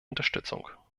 unterstützung